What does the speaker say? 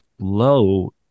low